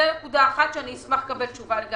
זו נקודה אחת שאני אשמח לקבל עליה תשובה.